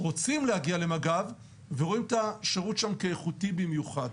רוצים להגיע למג"ב ורואים את השירות שם כאיכותי במיוחד.